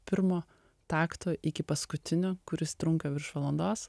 pirmo takto iki paskutinio kuris trunka virš valandos